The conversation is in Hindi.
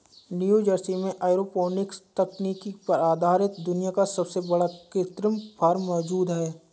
न्यूजर्सी में एरोपोनिक्स तकनीक पर आधारित दुनिया का सबसे बड़ा कृत्रिम फार्म मौजूद है